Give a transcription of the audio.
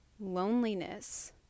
loneliness